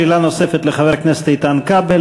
שאלה נוספת לחבר הכנסת איתן כבל.